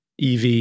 EV